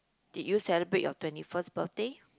did you celebrate your twenty first birthday